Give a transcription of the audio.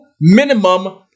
minimum